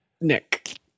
Nick